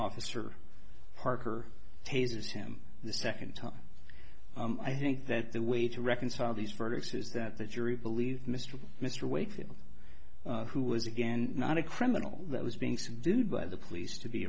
officer parker tasers him the second time i think that the way to reconcile these verdicts is that the jury believed mr mr wakefield who was again not a criminal that was being subdued by the police to be